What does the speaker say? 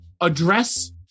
address